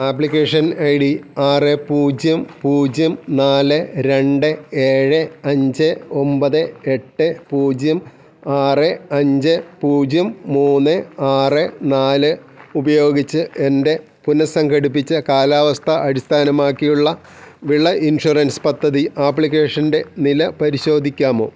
application I D ആറ് പൂജ്യം പൂജ്യം നാല് രണ്ട് ഏഴ് അഞ്ച് ഒമ്പത് എട്ട് പൂജ്യം ആറ് അഞ്ച് പൂജ്യം മൂന്ന് ആറ് നാല് ഉപയോഗിച്ച് എൻ്റെ പുനസംഘടിപ്പിച്ച കാലാവസ്ഥ അടിസ്ഥാനമാക്കിയുള്ള വിള ഇൻഷുറൻസ് പദ്ധതി ആപ്ലിക്കേഷൻ്റെ നില പരിശോധിക്കാമോ